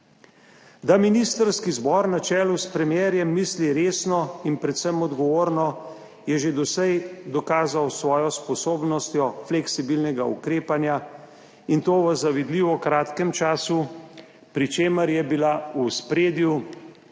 Da ministrski zbor na čelu s premierjem misli resno in predvsem odgovorno, je že doslej dokazal s svojo sposobnostjo fleksibilnega ukrepanja, in to v zavidljivo kratkem času, pri čemer je bila v ospredju